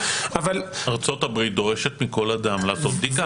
אבל --- ארצות הברית דורשת מכל אדם לעשות בדיקה.